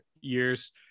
years